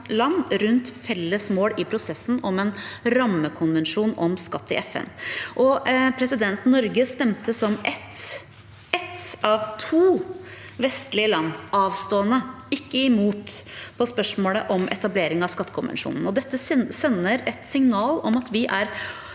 rundt felles mål i prosessen om en rammekonvensjon om skatt i FN. Norge stemte som ett av to vestlige land avstående – ikke imot – på spørsmålet om etablering av skattekonvensjonen. Dette sender et signal om at vi er